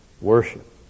worship